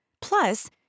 Plus